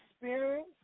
spirit